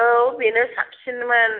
औ बेनो साबसिनमोन